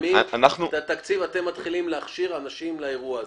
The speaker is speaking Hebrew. אתם מתחילים להכשיר אנשים לאירוע הזה.